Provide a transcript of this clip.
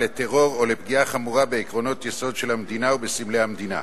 לטרור או לפגיעה חמורה בעקרונות יסוד של המדינה או בסמלי המדינה.